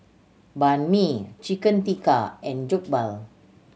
Banh Mi Chicken Tikka and Jokbal